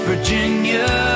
Virginia